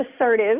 assertive